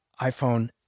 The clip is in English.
iPhone